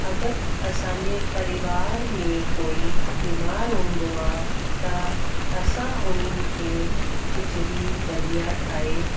अगर असांजे परिवार में कोई बीमारु हूंदो आहे त असां उन्हनि खे खिचड़ी दलिया ठाहे